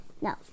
no